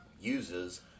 uses